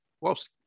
whilst